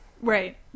right